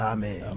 Amen